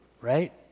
right